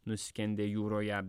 nuskendę jūroje